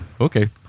Okay